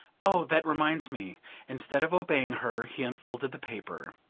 oh, that reminds me instead of obeying her he unfolded the paper.